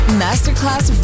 masterclass